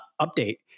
update